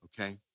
okay